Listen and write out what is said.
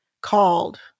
called